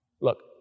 Look